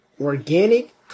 organic